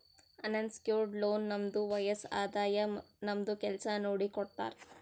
unsecured loan ನಮ್ದು ವಯಸ್ಸ್, ಆದಾಯ, ನಮ್ದು ಕೆಲ್ಸಾ ನೋಡಿ ಕೊಡ್ತಾರ್